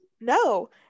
no